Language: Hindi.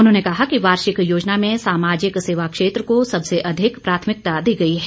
उन्होंने कहा कि वार्षिक योजना में सामाजिक सेवा क्षेत्र को सबसे अधिक प्राथमिकता दी गई है